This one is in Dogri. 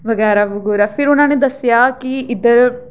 बगैरा बगूरा फिर उ'नें दस्सेआ कि इद्धर